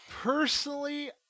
Personally